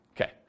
Okay